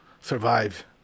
survive